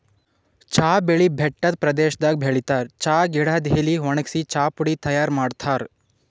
ಚಾ ಬೆಳಿ ಬೆಟ್ಟದ್ ಪ್ರದೇಶದಾಗ್ ಬೆಳಿತಾರ್ ಚಾ ಗಿಡದ್ ಎಲಿ ವಣಗ್ಸಿ ಚಾಪುಡಿ ತೈಯಾರ್ ಮಾಡ್ತಾರ್